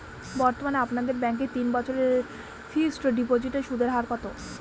বর্তমানে আপনাদের ব্যাঙ্কে তিন বছরের ফিক্সট ডিপোজিটের সুদের হার কত?